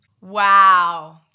Wow